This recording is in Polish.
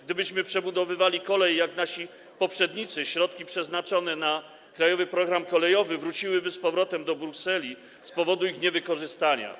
Gdybyśmy przebudowywali kolej, jak nasi poprzednicy, środki przeznaczone na „Krajowy program kolejowy” wróciłyby z powrotem do Brukseli z powodu ich niewykorzystania.